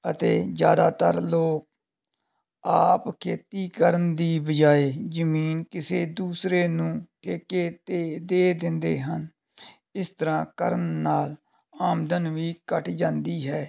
ਅਤੇ ਜ਼ਿਆਦਾਤਰ ਲੋਕ ਆਪ ਖੇਤੀ ਕਰਨ ਦੀ ਬਜਾਏ ਜ਼ਮੀਨ ਕਿਸੇ ਦੂਸਰੇ ਨੂੰ ਠੇਕੇ 'ਤੇ ਦੇ ਦਿੰਦੇ ਹਨ ਇਸ ਤਰ੍ਹਾਂ ਕਰਨ ਨਾਲ ਆਮਦਨ ਵੀ ਘੱਟ ਜਾਂਦੀ ਹੈ